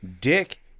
dick